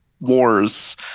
wars